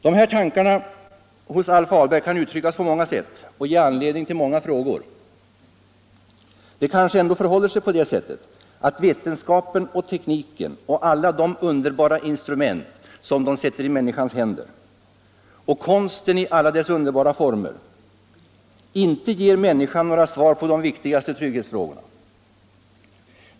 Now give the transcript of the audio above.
Dessa tankar hos Alf Ahlberg kan uttryckas på många sätt och ge anledning till många frågor. Det kanske ändå förhåller sig på det sättet att vetenskapen och tekniken med alla underbara instrument som de sätter i människans händer och konsten i alla dess underbara former inte ger människan några svar på de viktigaste trygghetsfrågorna.